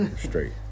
Straight